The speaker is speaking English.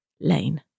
lane